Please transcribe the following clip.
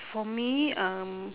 for me um